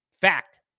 Fact